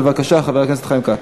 בבקשה, חבר הכנסת חיים כץ.